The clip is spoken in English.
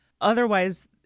Otherwise